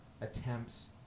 attempts